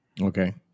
Okay